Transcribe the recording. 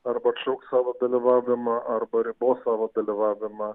arba atšauks savo dalyvavimą arba ribos savo dalyvavimą